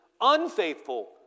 unfaithful